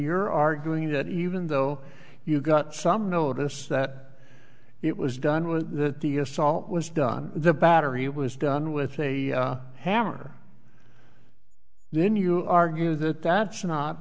you're arguing that even though you got some notice that it was done was that the assault was done the battery was done with a hammer then you argue that that's not